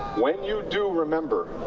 when you do remember,